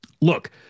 look